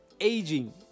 Aging